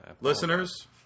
Listeners